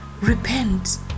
Repent